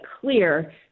clear